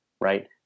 right